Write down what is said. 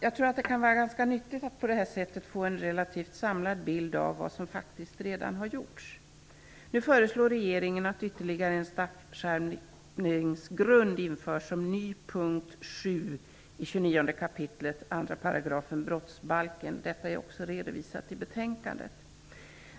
Jag tror att det kan vara ganska nyttigt att på detta sätt få en relativt samlad bild av vad som faktiskt redan har gjorts. Nu föreslår regeringen att ytterligare en straffskärpningsgrund införs som ny punkt 7 i 29 kap. 2 § brottsbalken. Detta är också redovisat i betänkandet.